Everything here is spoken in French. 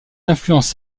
influences